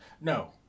No